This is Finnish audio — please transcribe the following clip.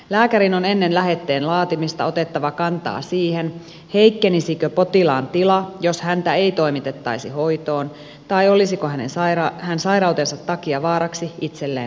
lääkärin on ennen lähetteen laatimista otettava kantaa siihen heikkenisikö potilaan tila jos tätä ei toimitettaisi hoitoon tai olisiko tämä sairautensa takia vaaraksi itselleen tai muille